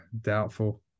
doubtful